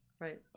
right